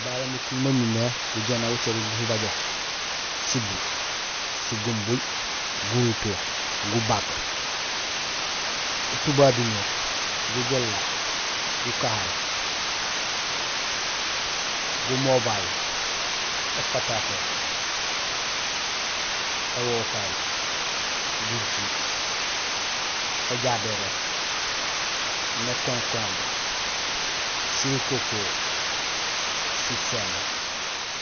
Babé muting maan umimé gujééna gucé diit mubajo: sibuur, sigumbuj, guruto, gabak, étubabiño, gujééla, gukahaal, gumobay, éfatato, éwokay, gujiik, éjabéro, nékonkombre, sirukokoor, siféémb.